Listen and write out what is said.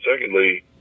Secondly